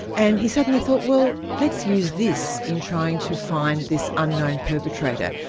and he suddenly thought, well, let's use this in trying to find this unknown perpetrator.